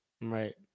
Right